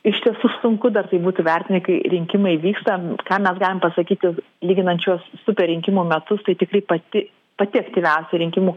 iš tiesų sunku dar tai būtų vertinti kai rinkimai vyksta ką mes galim pasakyti lyginant šiuos super rinkimų metus tai tikrai pati pati aktyviausia rinkimų